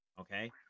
okay